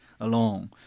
alone